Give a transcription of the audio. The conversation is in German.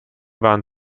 waren